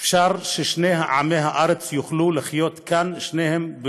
אפשר ששני עמי הארץ יוכלו לחיות כאן שניהם,